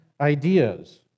ideas